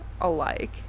alike